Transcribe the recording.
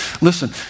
listen